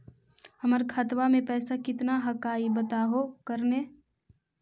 हमर खतवा में पैसा कितना हकाई बताहो करने?